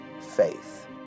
faith